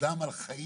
קדם על חיים